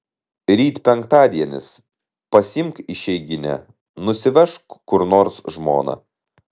ryt penktadienis pasiimk išeiginę nusivežk kur nors žmoną